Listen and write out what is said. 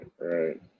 Right